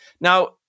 Now